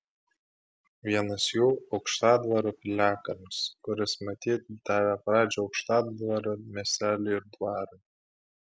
vienas jų aukštadvario piliakalnis kuris matyt davė pradžią aukštadvario miesteliui ir dvarui